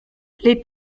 les